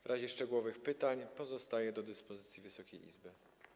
W razie szczegółowych pytań pozostaję do dyspozycji Wysokiej Izby.